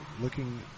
looking